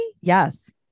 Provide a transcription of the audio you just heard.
Yes